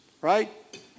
right